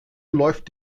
läuft